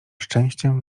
szczęściem